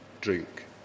drink